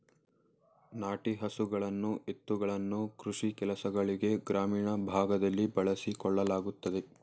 ನಾಟಿ ಹಸುಗಳನ್ನು ಎತ್ತುಗಳನ್ನು ಕೃಷಿ ಕೆಲಸಗಳಿಗೆ ಗ್ರಾಮೀಣ ಭಾಗದಲ್ಲಿ ಬಳಸಿಕೊಳ್ಳಲಾಗುತ್ತದೆ